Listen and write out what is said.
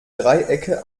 dreiecke